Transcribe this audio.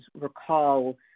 recall